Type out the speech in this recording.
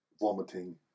vomiting